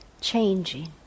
changing